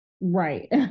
right